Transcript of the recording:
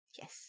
yes